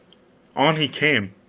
on he came.